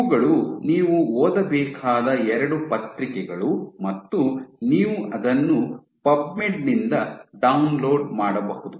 ಇವುಗಳು ನೀವು ಓದಬೇಕಾದ ಎರಡು ಪತ್ರಿಕೆಗಳು ಮತ್ತು ನೀವು ಅದನ್ನು ಪಬ್ಮೆಡ್ ನಿಂದ ಡೌನ್ಲೋಡ್ ಮಾಡಬಹುದು